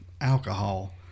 alcohol